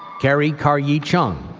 carrie kar-yee chung,